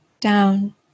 down